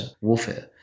warfare